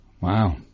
Wow